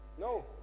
no